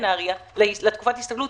לתקופת ההסתכלות,